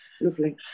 lovely